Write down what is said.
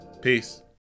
Peace